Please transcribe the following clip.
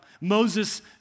Moses